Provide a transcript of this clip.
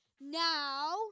Now